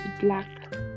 black